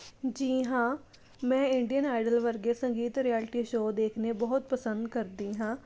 ਜੀ ਹਾਂ ਮੈਂ ਇੰਡੀਅਨ ਆਈਡਲ ਵਰਗੇ ਸੰਗੀਤ ਰਿਐਲਟੀ ਸ਼ੋ ਦੇਖਣੇ ਬਹੁਤ ਪਸੰਦ ਕਰਦੀ ਹਾਂ